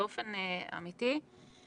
באופן אמיתי,